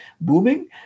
booming